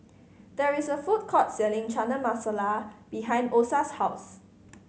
there is a food court selling Chana Masala behind Osa's house